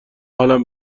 حالم